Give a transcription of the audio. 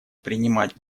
принимать